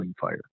fire